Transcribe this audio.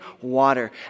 water